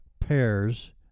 pairs